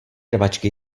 rvačky